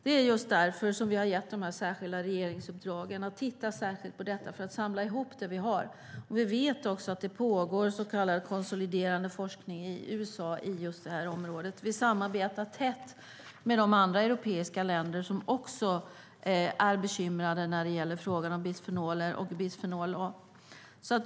Det är just därför som vi har lämnat de särskilda regeringsuppdragen, att man ska titta på detta och samla ihop det som finns. Vi vet också att det pågår så kallad konsoliderande forskning i USA på det här området. Vi samarbetar tätt med de andra europeiska länder som också är bekymrade för bisfenoler och bisfenol A.